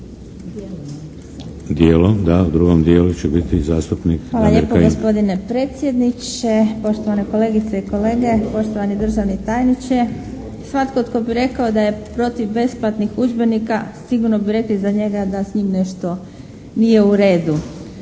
Kajin. **Pešić-Bukovac, Dorotea (IDS)** Hvala lijepo, gospodine predsjedniče, poštovane kolegice i kolege, poštovani državni tajniče. Svatko tko bi rekao da je protiv besplatnih udžbenika sigurno bi rekli za njega da s njim nešto nije u redu.